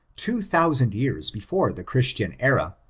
two thousand years before the christian era,